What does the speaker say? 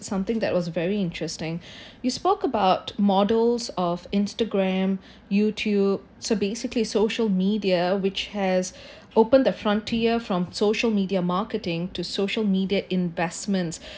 something that was very interesting you spoke about models of instagram youtube so basically social media which has opened the frontier from social media marketing to social media investments